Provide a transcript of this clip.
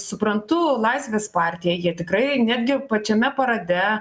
suprantu laisvės partiją jie tikrai netgi pačiame parade